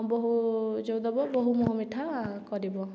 ବୋହୁ ଯେଉଁ ଦେବ ବୋହୁ ମୁହଁ ମିଠା କରିବ